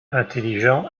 intelligents